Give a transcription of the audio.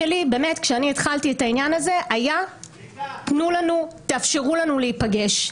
כשאני התחלתי את העניין הזה המטרה שלי הייתה כדי שיאפשרו לנו להיפגש.